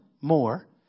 more